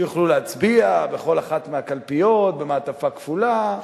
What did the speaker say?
שיוכלו להצביע בכל אחת מהקלפיות, במעטפה כפולה,